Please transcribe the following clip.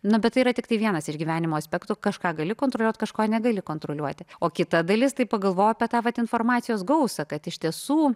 na bet tai yra tiktai vienas iš gyvenimo aspektų kažką gali kontroliuoti kažko negali kontroliuoti o kita dalis tai pagalvojau apie tą vat informacijos gausa kad iš tiesų